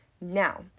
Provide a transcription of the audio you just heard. now